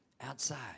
Outside